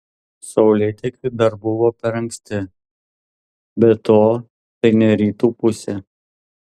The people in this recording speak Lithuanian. saulėtekiui dar buvo per anksti be to tai ne rytų pusė